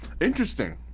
interesting